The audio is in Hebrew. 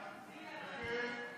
ההסתייגות (55) של קבוצת סיעת ש"ס,